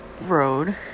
road